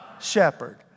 shepherd